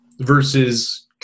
versus